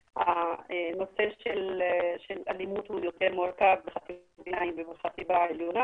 הנושא של אלימות הוא יותר מורכב בחטיבות הביניים ובחטיבה העליונה,